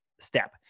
step